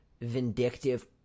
vindictive